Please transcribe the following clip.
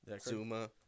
Zuma